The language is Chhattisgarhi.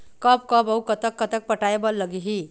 कब कब अऊ कतक कतक पटाए बर लगही